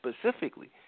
specifically